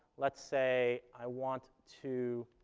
let's say i want to